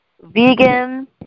vegan